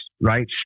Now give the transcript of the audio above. right